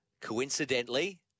coincidentally